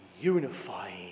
unifying